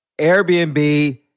Airbnb